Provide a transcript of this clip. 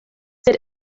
sed